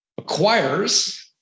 Acquires